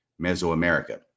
Mesoamerica